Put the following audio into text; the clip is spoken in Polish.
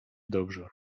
dobrze